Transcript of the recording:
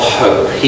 hope